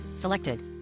selected